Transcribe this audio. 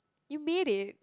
you made it